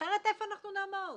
אחרת איפה אנחנו נעמוד?